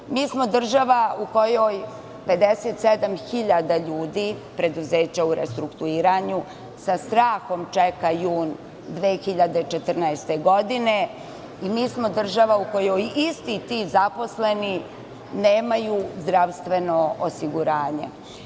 Vreme.) Mi smo država u kojoj 57 hiljada ljudi preduzeća u restrukturiranju sa trahom čekaju jun 2014. godine, i mi smo država u kojoj isti ti zaposleni nemaju zdravstveno osiguranje.